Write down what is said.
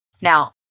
Now